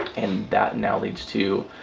and that now leads to